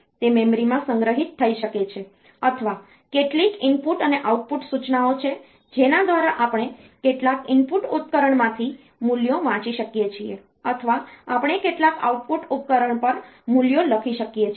તે મેમરીમાં સંગ્રહિત થઈ શકે છે અથવા કેટલીક ઇનપુટ અને આઉટપુટ સૂચનાઓ છે જેના દ્વારા આપણે કેટલાક ઇનપુટ ઉપકરણમાંથી મૂલ્યો વાંચી શકીએ છીએ અથવા આપણે કેટલાક આઉટપુટ ઉપકરણ પર મૂલ્યો લખી શકીએ છીએ